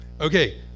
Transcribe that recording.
Okay